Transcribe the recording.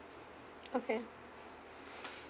okay